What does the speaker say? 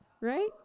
Right